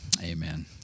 Amen